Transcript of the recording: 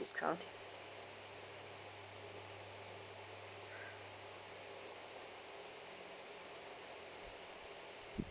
discount